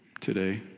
today